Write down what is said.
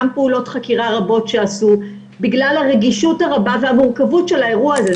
גם פעולות חקירה רבות שעשו בגלל הרגישות הרבה והמורכבות של האירוע הזה.